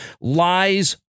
lies